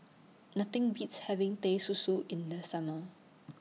Nothing Beats having Teh Susu in The Summer